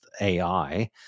ai